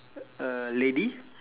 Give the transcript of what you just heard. a lady